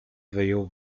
wyjął